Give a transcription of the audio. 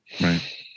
right